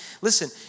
listen